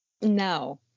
No